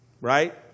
right